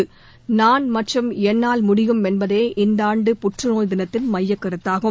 நான் மற்றும் என்னால் முடியும் என்பதே இந்தாண்டு புற்றுநோய் தினத்தின் மைய கருத்தாகும்